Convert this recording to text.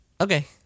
Okay